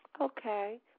Okay